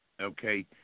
okay